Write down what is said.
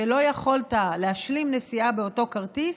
שלא יכולת להשלים נסיעה באותו כרטיס,